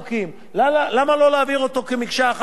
למה לא להעביר אותו כמקשה אחת ביום אחד?